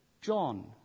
John